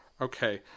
Okay